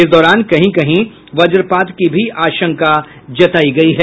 इस दौरान कहीं कहीं वज्रपात की भी आशंका जतायी गयी है